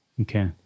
okay